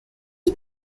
you